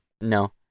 No